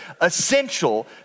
essential